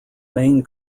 main